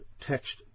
text